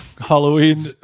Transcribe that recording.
Halloween